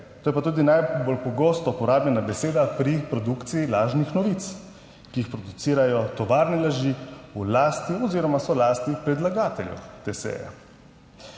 To je pa tudi najbolj pogosto uporabljena beseda pri produkciji lažnih novic, ki jih producirajo tovarne laži v lasti oziroma so v lasti predlagateljev te seje.